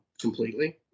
completely